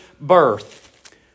birth